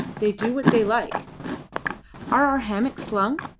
they do what they like. are our hammocks slung?